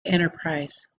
enterprise